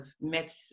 met